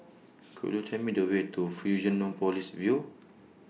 Could YOU Tell Me The Way to Fusionopolis View